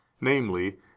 namely